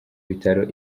bitaro